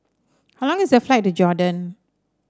how long is the flight to Jordan